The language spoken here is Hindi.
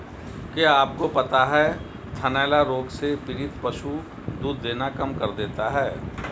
क्या आपको पता है थनैला रोग से पीड़ित पशु दूध देना कम कर देता है?